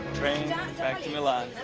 train back to milan.